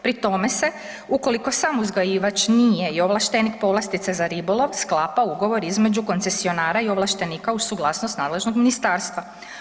Pri tome se ukoliko sam uzgajivač nije i ovlaštenik povlastice za ribolov, sklapa ugovor između koncesionara i ovlaštenika uz suglasnost nadležnog ministarstva.